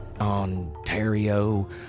Ontario